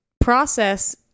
process